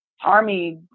army